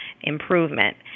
improvement